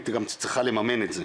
היא גם צריכה לממן את זה.